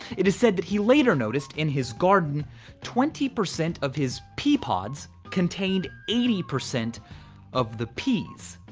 it is said that he later noticed in his garden twenty percent of his pea pods contained eighty percent of the peas.